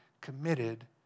committed